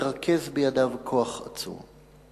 מרכז בידיו כוח עצום.